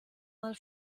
mal